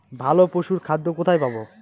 ভালো পশুর খাদ্য কোথায় পাবো?